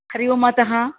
हरिः ओं मातः